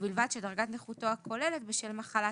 ובלבד שדרגת נכותו הכוללת בשל פגימה